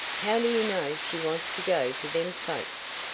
how do you know she wants to go to them folks!